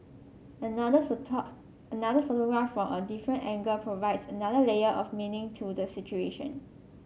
another another photograph from a different angle provides another layer of meaning to the situation